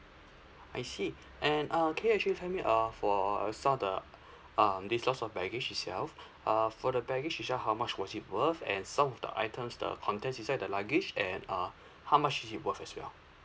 I see and uh can you actually tell me uh for a sort a um this loss of baggage itself uh for the baggage itself how much was it worth and some of the items the contents inside the luggage and uh how much is it worth as well